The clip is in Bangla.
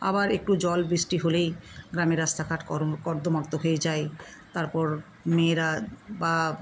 আবার একটু জল বৃষ্টি হলেই গ্রামের রাস্তাঘাট কর্দমাক্ত হয়ে যায় তারপর মেয়েরা বা